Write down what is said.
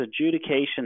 adjudication